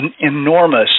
enormous